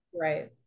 Right